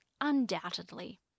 undoubtedly